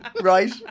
Right